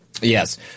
yes